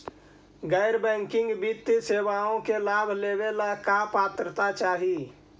गैर बैंकिंग वित्तीय सेवाओं के लाभ लेवेला का पात्रता चाही?